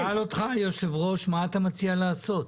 שאל אותך היושב ראש מה אתה מציע לעשות?